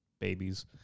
babies